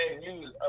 news